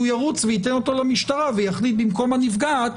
הוא ירוץ וייתן אותו למשטרה ויחליט במקום הנפגעת,